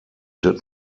did